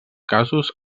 casos